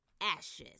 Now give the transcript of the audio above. Ashes